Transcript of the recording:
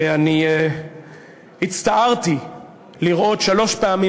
ואני הצטערתי לראות שלוש פעמים,